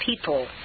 people